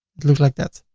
it looks like that.